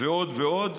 ועוד ועוד.